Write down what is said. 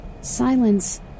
Silence